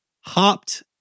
hopped